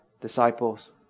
disciples